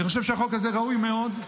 אני חושב שהחוק הזה ראוי מאוד,